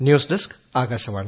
news desk Akashvani